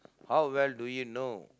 how well do you know